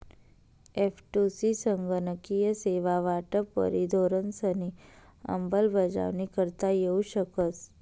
एफ.टु.सी संगणकीय सेवा वाटपवरी धोरणंसनी अंमलबजावणी करता येऊ शकस